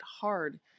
hard